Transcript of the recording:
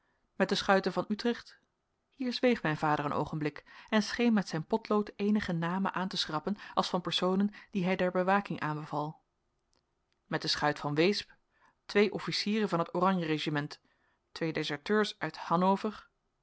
met de schuiten van utrecht hier zweeg mijn vader een oogenblik en scheen met zijn potlood eenige namen aan te schrappen als van personen die hij der bewaking aanbeval met de schuit van weesp twee officieren van t oranje regiment twee deserteurs uit hanover